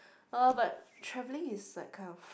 uh but travelling is like kind of